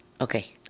Okay